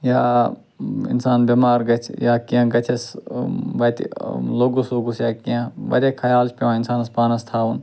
یا اِنسان بٮ۪مار گَژھِ یا کینٛہہ گَژھٮ۪س وَتہِ لوٚگُس ووٚگُس یا کینٛہہ واریاہ خیال چھِ پٮ۪وان اِنسانَس پانَس تھاوُن